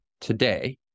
today